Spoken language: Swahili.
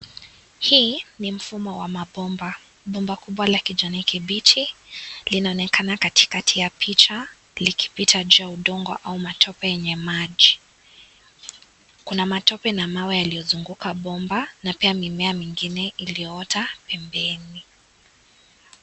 Hii ni mfumo wa mabomba, Bomba kubwa la kijani kibichi linaonekana katika ya picha likipita juu ya mtungi au matope yenye maji. Kuna matope na mawe yaliyozunguka bomba na pia mimea mimgine yaliyoota ni mengi.